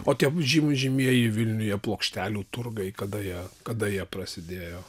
o tie žymi žymieji vilniuje plokštelių turgai kada jie kada jie prasidėjo